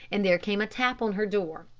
and there came a tap on her door.